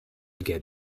get